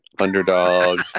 underdog